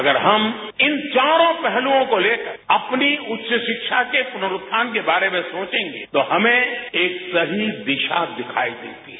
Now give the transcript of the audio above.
अगर हम इन चारों पहलुओं को लेकर अपनी उच्चशिक्षा के पुनरूत्थान के बारे में सोचेंगे तो हमें एक सही दिशा दिखाई देती है